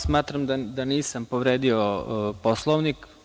Smatram da nisam povredio Poslovnik.